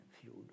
feud